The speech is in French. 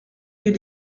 les